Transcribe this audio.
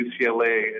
UCLA